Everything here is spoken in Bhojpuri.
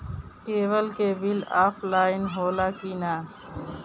केबल के बिल ऑफलाइन होला कि ना?